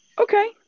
Okay